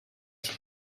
qui